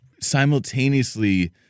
simultaneously